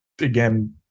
again